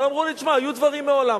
אבל אמרו לי, שמע, היו דברים מעולם.